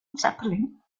zeppelin